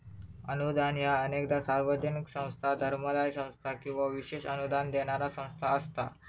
अनुदान ह्या अनेकदा सार्वजनिक संस्था, धर्मादाय संस्था किंवा विशेष अनुदान देणारा संस्था असता